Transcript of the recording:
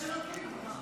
יש אלוקים, נו מה?